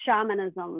shamanism